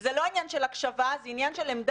אבל זה לא עניין של הקשבה אלא זה עניין של עמדה